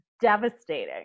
devastating